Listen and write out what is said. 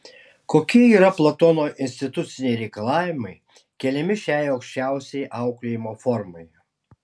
kokie yra platono instituciniai reikalavimai keliami šiai aukščiausiai auklėjimo formai